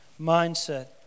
mindset